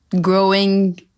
growing